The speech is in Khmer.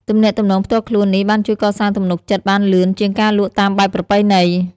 ទំនាក់ទំនងផ្ទាល់ខ្លួននេះបានជួយកសាងទំនុកចិត្តបានលឿនជាងការលក់តាមបែបប្រពៃណី។